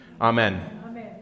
Amen